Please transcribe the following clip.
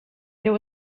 there